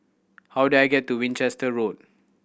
how do I get to Winchester Road